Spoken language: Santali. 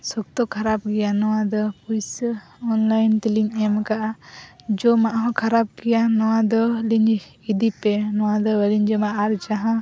ᱥᱚᱠᱛᱚ ᱠᱷᱟᱨᱟᱯ ᱜᱮᱭᱟ ᱱᱚᱣᱟᱫᱚ ᱯᱚᱭᱥᱟ ᱚᱱᱞᱟᱭᱤᱱ ᱛᱮᱞᱤᱧ ᱮᱢ ᱟᱠᱟᱫᱼᱟ ᱡᱚᱢᱟᱜ ᱦᱚᱸ ᱠᱷᱟᱨᱟᱯ ᱜᱮᱭᱟ ᱱᱚᱣᱟ ᱫᱚ ᱞᱤᱝ ᱤᱫᱤᱯᱮ ᱱᱚᱣᱟ ᱫᱚ ᱵᱟᱞᱤᱧ ᱡᱚᱢᱟ ᱟᱨ ᱡᱟᱦᱟᱸ